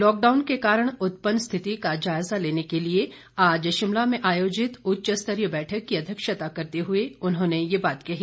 lockdown के कारण उत्पन्न स्थिति का जायजा लेने के लिए आज शिमला में आयोजित उच्च स्तरीय बैठक की अध्यक्षता करते हुए उन्होंने ये बात कही